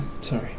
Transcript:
Sorry